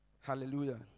Hallelujah